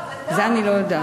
זה אני לא יודעת.